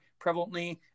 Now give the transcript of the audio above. prevalently